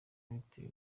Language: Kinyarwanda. biteye